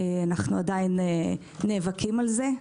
אנו עדיין נאבקים על זה.